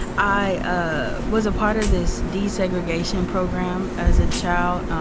i ah was a part of this desegregation program as a child.